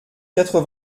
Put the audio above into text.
quatre